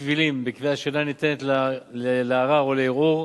קבילים בקביעה שאינה ניתנת לערר או לערעור,